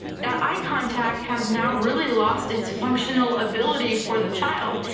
that eye contact has now really lost its functional ability for the child.